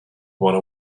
want